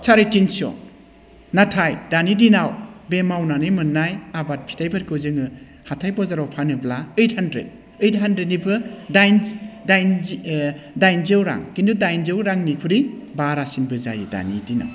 साराइ थिनस' नाथाय दानि दिनाव बे मावनानै मोननाय आबाद फिथाइफोरखौ जोङो हाथाइ बजाराव फानोब्ला ओइथ हानड्रेड ओइथ हानड्रेडनिबो डाइनजि डाइनजौ रां खिन्थु डाइनजौ रांनिख्रुइ बारासिनबो जायो दानि दिनाव